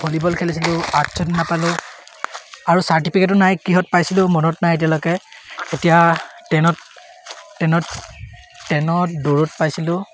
volleyball খেলিছিলোঁ আৰ্টছত নাপালোঁ আৰু চাৰ্টিফিকেটো নাই কিহত পাইছিলোঁ মনত নাই এতিয়ালৈকে এতিয়া টেনত টেনত টেনত দৌৰত পাইছিলোঁ